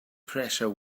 pressure